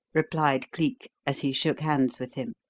replied cleek, as he shook hands with him.